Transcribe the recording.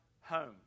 home